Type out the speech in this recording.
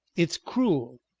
it is cruel,